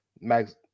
Max